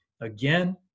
again